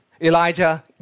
Elijah